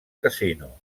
casino